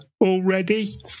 already